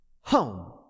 home